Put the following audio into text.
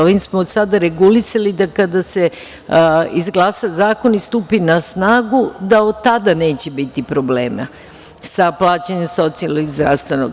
Ovim smo sada regulisali da kada se izglasa zakon i stupi na snagu, da od tada neće biti problema sa plaćanjem socijalnog i zdravstvenog.